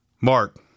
Mark